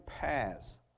paths